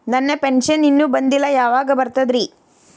ನನ್ನ ಪೆನ್ಶನ್ ಇನ್ನೂ ಬಂದಿಲ್ಲ ಯಾವಾಗ ಬರ್ತದ್ರಿ?